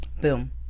Boom